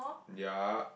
ya